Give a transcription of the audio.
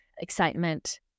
Excitement